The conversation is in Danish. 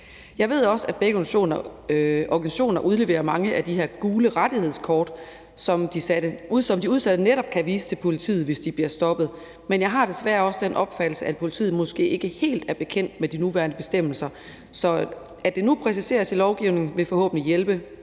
Jeg ved også, at begge organisationer udleverer mange af de her gule rettighedskort, som de udsatte netop kan vise til politiet, hvis de bliver stoppet. Men jeg har desværre også den opfattelse, at politiet måske ikke helt er bekendt med de nuværende bestemmelser, så at det nu præciseres i lovgivningen, vil forhåbentlig hjælpe